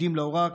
עתידים להוראה,